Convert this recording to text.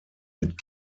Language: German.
mit